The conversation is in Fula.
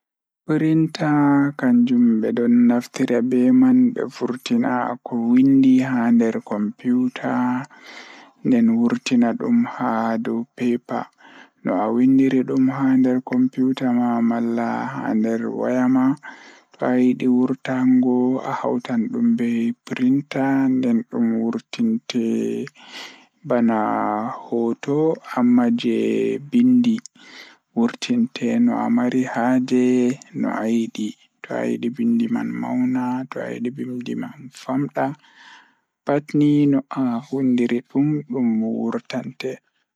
Ko nafaade e njiytaade laawol ngal e dow leddi. Nde eɓe daɓɓi, ngal fiya haala e tati, waɗi hikkinaa laawol ngal e dow leddi nder tawa. Ko miijo, ngal ñaɓi ɗum.